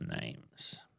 Names